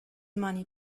money